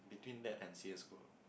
between that and C_S